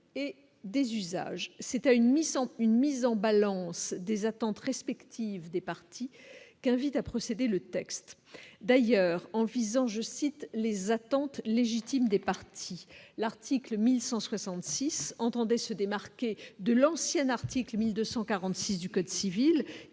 à une mise en une mise en balance des attentes respective des partis qu'invite à procédé le texte d'ailleurs en visant, je cite, les attentes légitimes des partis, l'article 1166 entendait se démarquer de l'ancienne Artic. 1246 du code civil